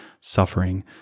suffering